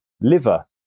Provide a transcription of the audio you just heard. liver